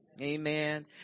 Amen